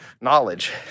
knowledge